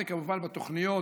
זה כמובן בתוכניות,